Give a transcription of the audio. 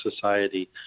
society